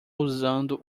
usando